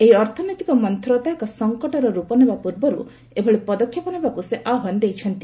ଏହି ଅର୍ଥନୈତିକ ମନ୍ତରତା ଏକ ସଂକଟର ରୂପ ନେବା ପୂର୍ବରୁ ଏଭଳି ପଦକ୍ଷେପ ନେବାକୁ ସେ ଆହ୍ୱାନ ଦେଇଛନ୍ତି